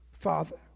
Father